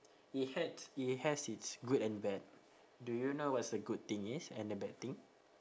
it had it has it's good and bad do you know what's the good thing is and the bad thing